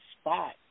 spot